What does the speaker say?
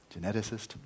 geneticist